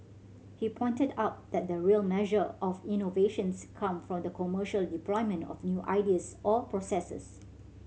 he pointed out that the real measure of innovations come from the commercial deployment of new ideas or processes